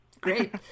Great